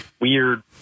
weird